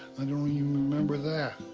and remember that.